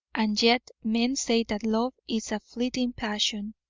and yet men say that love is a fleeting passion.